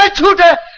ah to tear